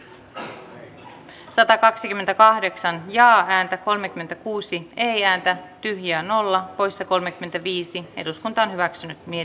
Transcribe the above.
ensin äänestetään timo harakan ehdotuksesta touko aallon ehdotusta vastaan ja sitten voittaneesta mietintöä vastaan